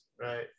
right